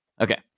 Okay